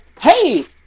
hey